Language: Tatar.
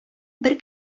бер